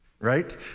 Right